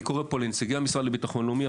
אני קורא פה לנציגי המשרד לביטחון לאומי,